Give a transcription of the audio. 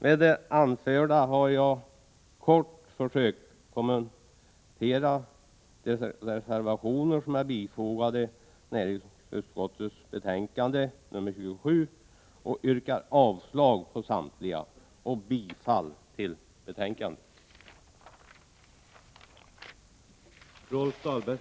Med det anförda har jag kort försökt kommentera de reservationer som är bifogade näringsutskottets betänkande nr 27. Jag yrkar avslag på samtliga reservationer och bifall till utskottets hemställan.